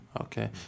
Okay